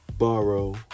Borrow